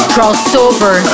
Crossover